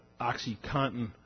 OxyContin